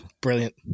brilliant